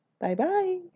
Bye-bye